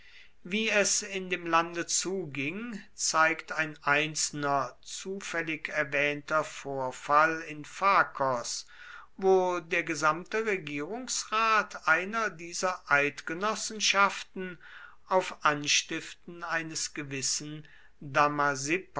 wie es in dem lande zuging zeigt ein einzelner zufällig erwähnter vorfall in phakos wo der gesamte regierungsrat einer dieser eidgenossenschaften auf anstiften eines gewissen